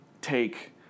take